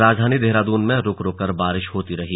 राजधानी देहराद्न में रुक रुक कर बारिश होती रही